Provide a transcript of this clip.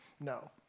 no